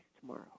tomorrow